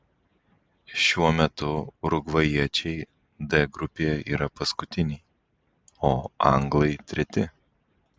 šiuo metu urugvajiečiai d grupėje yra paskutiniai o anglai treti